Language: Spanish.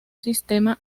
sistema